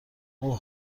اوه